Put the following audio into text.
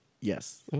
Yes